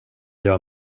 jag